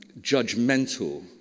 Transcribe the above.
judgmental